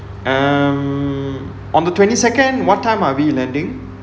um on the twenty second what time are we landing